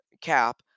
CAP